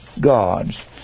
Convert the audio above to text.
gods